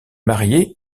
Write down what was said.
mariée